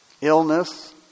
illness